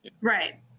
Right